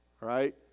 right